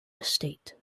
estate